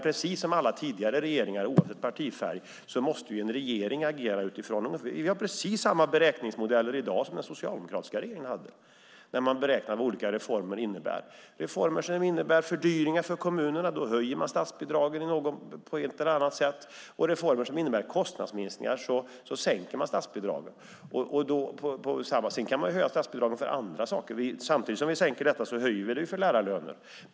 Vi har precis som samma beräkningsmodeller i dag som den socialdemokratiska regeringen hade när vi beräknar vad olika reformer innebär. Är det reformer som innebär fördyringar för kommunerna höjer man statsbidragen på ett eller annat sätt, och är det reformer som innebär kostnadsminskningar sänker man statsbidragen. Sedan kan man höja statsbidragen för andra saker. Samtidigt som vi sänker detta höjer vi det för lärarlönerna.